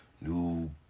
New